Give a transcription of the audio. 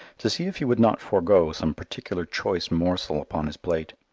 to see if he would not forgo some particular choice morsel upon his plate,